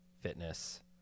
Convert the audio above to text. fitness